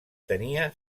tenia